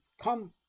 come